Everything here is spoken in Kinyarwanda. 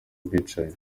bwicanyi